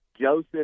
Joseph